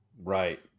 Right